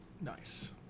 Nice